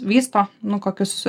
vysto nu kokius